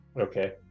Okay